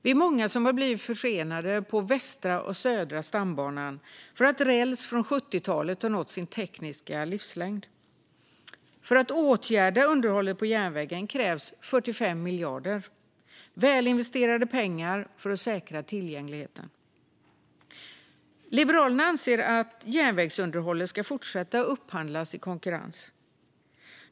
Vi är många som har blivit försenade på Västra och Södra stambanan för att räls från 70-talet har nått sin tekniska livslängd. För att åtgärda underhållet på järnvägen krävs 45 miljarder - välinvesterade pengar för att säkra tillgängligheten. Liberalerna anser att järnvägsunderhållet ska fortsätta att upphandlas i konkurrens.